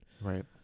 Right